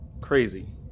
crazy